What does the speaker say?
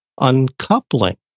uncoupling